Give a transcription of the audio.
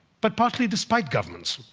but partly despite governments.